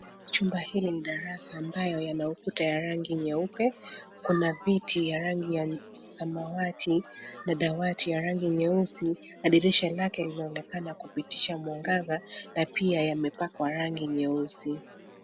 Chumba hili ni darasa ambayo yana ukuta ya rangi nyeupe. Kuna viti ya rangi ya samawati na dawati ya rangi nyeusi na dirisha lake linaonekana kupitisha mwangaza na pia yamepakwa rangi nyeusi.